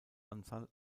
anzahl